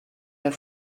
der